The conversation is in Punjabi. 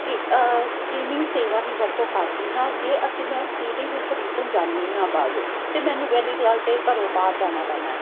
ਚੀ ਸਟਰੀਮਿੰਗ ਸੇਵਾ ਦੀ ਵਰਤੋਂ ਕਰਦੀ ਹਾਂ ਜੇ ਅਸੀਂ ਮੈਂ ਸੀ ਡੀ ਵੀ ਖਰੀਦਣ ਜਾਂਦੀ ਹਾਂ ਬਾਹਰੋਂ ਤਾਂ ਮੈਨੂੰ ਪਹਿਲੀ ਗੱਲ ਤਾਂ ਮੈਨੂੰ ਘਰੋਂ ਬਾਹਰ ਜਾਣਾ ਪੈਣਾ